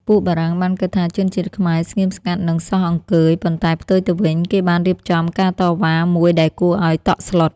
ពួកបារាំង បានគិតថាជនជាតិខ្មែរស្ងៀមស្ងាត់និងសោះអង្គើយ ប៉ុន្តែផ្ទុយទៅវិញ គេបានរៀបចំការតវ៉ា មួយដែលគួរអោយតក់ស្លុត។